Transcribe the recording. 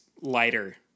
lighter